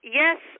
yes